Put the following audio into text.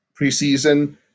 preseason